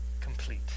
complete